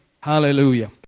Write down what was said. hallelujah